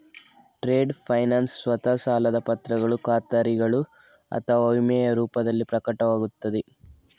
trade finance ಸ್ವತಃ ಸಾಲದ ಪತ್ರಗಳು ಖಾತರಿಗಳು ಅಥವಾ ವಿಮೆಯ ರೂಪದಲ್ಲಿ ಪ್ರಕಟವಾಗುತ್ತದೆ